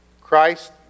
Christ